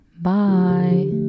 Bye